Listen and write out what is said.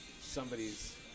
somebody's